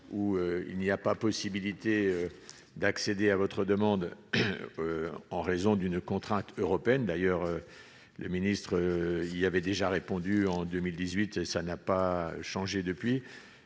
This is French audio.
où il n'y a pas possibilité d'accéder à votre demande, en raison d'une contrainte européenne d'ailleurs le ministre, il y avait déjà répondu, en 2018 et ça n'a pas changé depuis